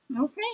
Okay